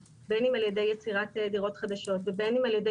בין אם על ידי יצירת דירות חדשות ובין אם על ידי